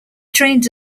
trained